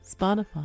Spotify